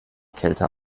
kälter